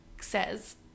says